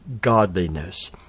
godliness